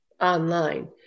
online